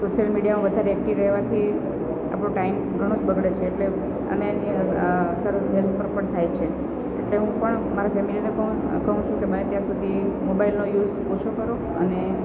social મીડિયામાં વધારે active રહેવાથી આપણો ટાઈમ ઘણો જ બગડે છે એટલે અને એની અસર બ્રેઈન પર પણ થાય છે એટલે હું પણ મારા ફેમિલીને કહું કહું છું કે બને ત્યાં સુધી મોબાઈલનો યુઝ ઓછો કરો અને